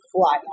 fly